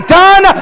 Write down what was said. done